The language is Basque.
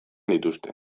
dituzte